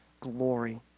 glory